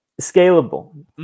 scalable